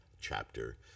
chapter